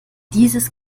dieses